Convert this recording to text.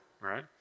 right